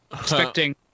Expecting